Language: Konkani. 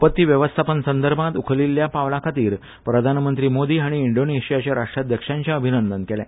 आपत्ती वेवस्थापन संदर्भांत उखलिल्ल्या पावलाखातीर प्रधानमंत्री मोदी हांणी इंडोनेशियाचे राष्ट्राध्यक्षांचे अभिनंदन केले